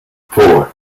four